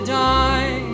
die